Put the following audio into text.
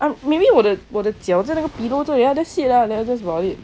oh maybe 我的我的脚在那个 pillow 这里啊 thats about it